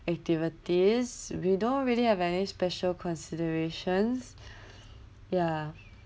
activities we don't really have any special considerations ya